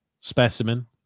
specimen